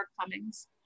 Cummings